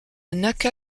naka